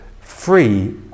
free